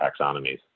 taxonomies